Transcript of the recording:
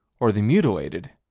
or the mutilated,